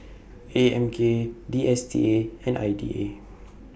A M K D S T A and I D A